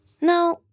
Now